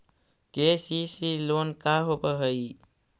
KCC loan का होब हइ?